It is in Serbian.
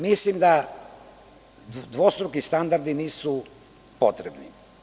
Mislim da dvostruki standardi nisu potrebni.